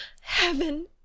heaven